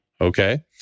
okay